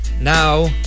Now